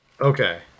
Okay